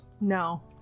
No